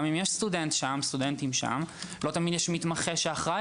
גם אם יש שם סטודנטים לא תמיד יש מתמחה שאחראי